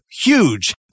huge